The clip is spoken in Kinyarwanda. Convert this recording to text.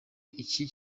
iki